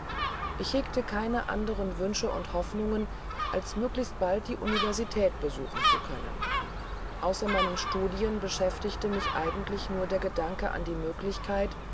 ich hegte keine anderen wünsche und hoffnungen als möglichst bald die universität besuchen zu können außer meinen studien beschäftigte mich eigentlich nur der gedanke an die möglichkeit